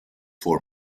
for